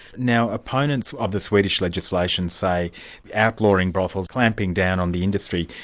now opponents of the swedish legislation say outlawing brothels, clamping down on the industry,